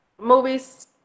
movies